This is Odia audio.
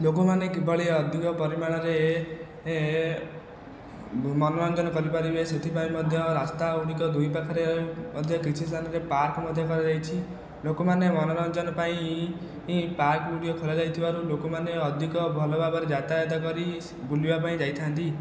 ଲୋକମାନେ କିଭଳି ଅଧିକ ପରିମାଣରେ ମନୋରଞ୍ଜନ କରିପାରିବେ ସେଥିପାଇଁ ମଧ୍ୟ ରାସ୍ତା ଗୁଡ଼ିକ ଦୁଇ ପାଖରେ ମଧ୍ୟ କିଛି ସ୍ଥାନରେ ପାର୍କ ମଧ୍ୟ କରାଯାଇଛି ଲୋକମାନେ ମନୋରଞ୍ଜନ ପାଇଁ ପାର୍କ ଗୁଡ଼ିକ ଖୋଲା ଯାଇଥିବାରୁ ଲୋକମାନେ ଅଧିକ ଭଲ ଭାବରେ ଯାତାୟତ କରି ବୁଲିବା ପାଇଁ ଯାଇଥାନ୍ତି